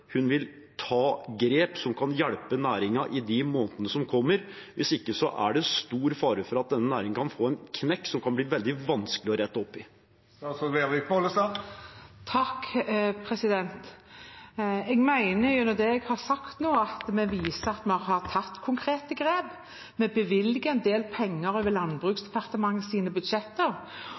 hun vil ta grep som kan hjelpe næringen i månedene som kommer. Hvis ikke er det stor fare for at denne næringen kan få en knekk som det kan bli veldig vanskelig å rette opp i. Jeg mener, gjennom det jeg har sagt nå, at vi viser at vi har tatt konkrete grep. Vi bevilger en del penger over